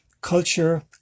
culture